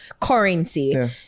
currency